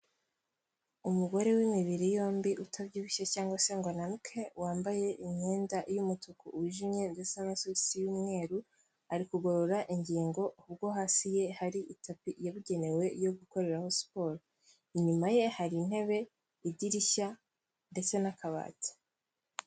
Umugore w'imibiri yombi utabyibushye cyangwa se ngo ananuke, wambaye imyenda y'umutuku wijimye ndetse n'amasogisi y'umweru, ari kugorora ingingo ubwo hasi ye hari itapi yabugenewe yo gukoreraho siporo. Inyuma ye hari intebe, idirishya ndetse n'akabati.